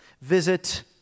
visit